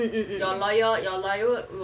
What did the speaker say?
mm mm mm